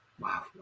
wow